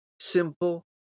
simple